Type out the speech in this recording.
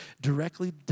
directly